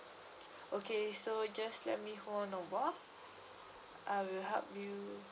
okay so just let me hold on awhile I will help you